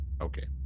Okay